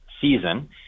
season